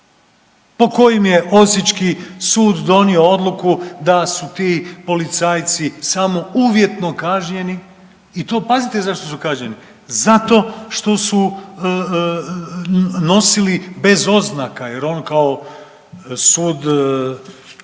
po kojem je Osječki sud donio odluku da su ti policajci samo uvjetno kažnjeni i to pazite zašto su kažnjeni, zato što su nosili bez oznaka jer on kao sud